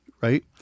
Right